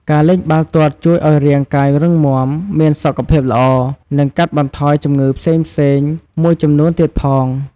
ការលេងបាល់ទាត់ជួយឲ្យរាងកាយរឹងមាំ មានសុខភាពល្អ និងកាត់បន្ថយជំងឺផ្សេងៗមួយចំនួនទៀតផង។